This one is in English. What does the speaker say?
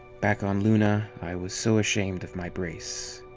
back on luna, i was so ashamed of my brace.